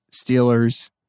Steelers